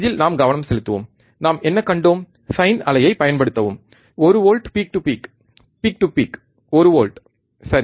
இதில் நாம் கவனம் செலுத்துவோம் நாம் என்ன கண்டோம் சைன் அலையை பயன்படுத்தவும் ஒரு volt peak to peak peak to peak ஒரு வோல்ட் சரி